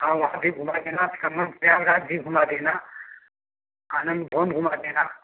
हाँ वहाँ भी घुमा देना आप प्रयागराज भी घुमा देना आनंद भवन घुमा देना